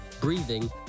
breathing